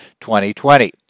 2020